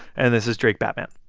and this is drake-batman